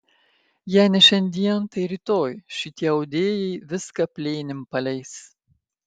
jei ne šiandien tai rytoj šitie audėjai viską plėnim paleis